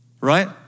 Right